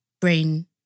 brain